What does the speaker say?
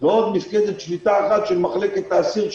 ועוד מִפקדת שליטה אחת של מחלקת האסיר,